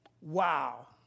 Wow